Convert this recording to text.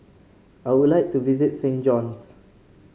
I would like to visit Saint John's